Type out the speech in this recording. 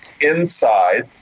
inside